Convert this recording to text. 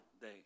day